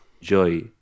joy